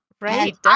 Right